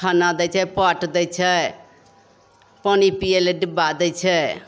खाना दै छै पट दै छै पानी पिए ले डिब्बा दै छै